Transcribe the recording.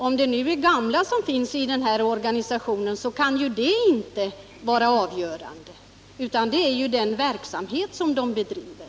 Om det nu är gamla som finns i organisationen kan detta inte vara avgörande, utan det är den verksamhet som de bedriver.